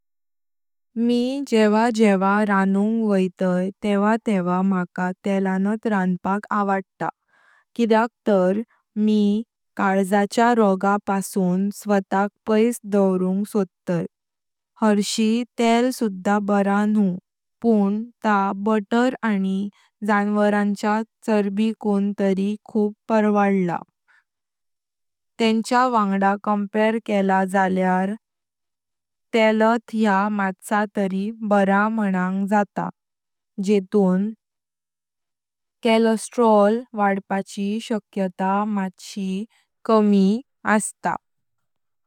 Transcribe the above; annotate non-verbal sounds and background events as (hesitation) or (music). मी जेव्हा जेव्हा रानुंगं वायते तेव्हा तेव्हा माका तेलानात रांपाक आवडता। किद्याक तार मी कळजाच्या रोगा पासून सीटाक पैशां दोवरुंगं सोडता हरशी तेल सुधा बरं न्हूं पुण त बटर आनी जन्वारणच्या चरबी कुं तारि खूप परवडलां। तेंच्या वांगळा केला झाल्यार (hesitation) तेलात या म तरी बरं मानगं जाता जेतूं (hesitation) वाढपाची शक्यता मटशी कमी आहेता।